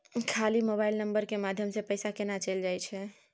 खाली mobile number के माध्यम से पैसा केना चल जायछै?